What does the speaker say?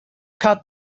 caught